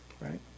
right